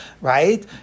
right